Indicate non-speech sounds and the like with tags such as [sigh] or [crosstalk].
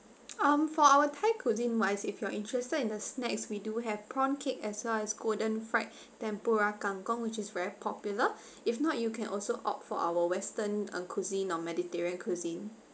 um for our thai cuisine wise if you are interested in the snacks we do have prawn cake as well as golden fried [breath] tempura kangkong which is very popular [breath] if not you can also opt for our western uh cuisine or mediterranean cuisine